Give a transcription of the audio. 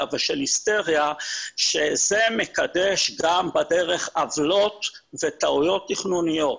ושל היסטריה שזה מקדש גם בדרך עוולות וטעויות תכנוניות.